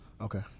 Okay